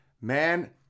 Man